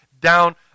down